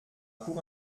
pour